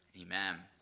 Amen